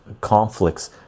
conflicts